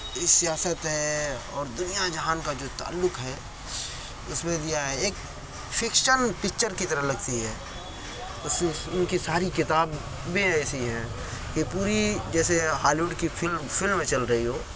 سیاست ہے اور دنیا جہان کا جو تعلق ہے اس میں دیا ہے ایک فکشن پکچر کی طرح لگتی ہے اس میں ان کی ساری کتاب بیں ایسی ہیں کہ پوری جیسے ہالی وڈ کی فلم فلم چل رہی ہو